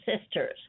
sisters